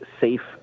safe